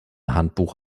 handbuch